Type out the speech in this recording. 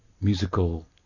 musical